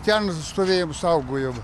ten stovėjom saugojom